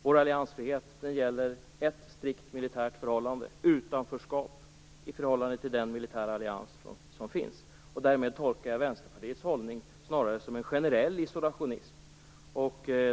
Vår alliansfrihet gäller ett strikt militärt förhållande och utanförskap i förhållande till den militära allians som finns. Därmed tolkar jag Vänsterpartiets hållning snarare som en generell isolationism.